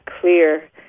clear